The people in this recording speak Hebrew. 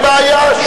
אין בעיה.